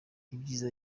ibyiza